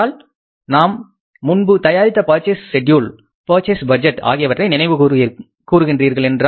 அதாவது நாம் முன்பு தயாரித்த பர்சேஸ் ஷெட்யூல் பர்ச்சேஸ் பட்ஜெட் ஆகியவற்றை நினைவு கூறுகின்றீர்கள் என்றால்